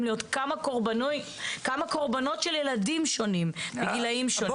להיות כמה קרבנות של ילדים שונים בגילאים שונים.